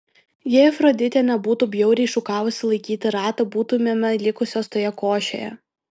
jei afroditė nebūtų bjauriai šūkavusi laikyti ratą būtumėme likusios toje košėje